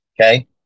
Okay